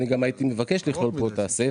ואני גם הייתי מבקש לכלול פה את הסייף,